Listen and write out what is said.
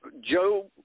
Joe